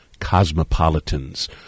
cosmopolitans